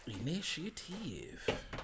Initiative